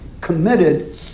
committed